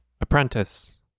Apprentice